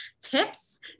tips